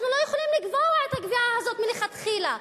אנחנו לא יכולים לקבוע את הקביעה הזאת מלכתחילה,